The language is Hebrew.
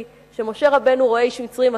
כשמשה רבנו רואה איש מצרי מכה איש עברי,